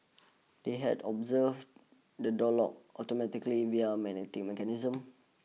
they had observed the door locked automatically via magnetic mechanism